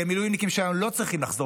כי המילואימניקים שלנו לא צריכים לחזור